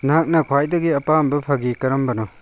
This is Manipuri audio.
ꯅꯍꯥꯛꯅ ꯈ꯭ꯋꯥꯏꯗꯒꯤ ꯑꯄꯥꯝꯕ ꯐꯥꯒꯤ ꯀꯔꯝꯕꯅꯣ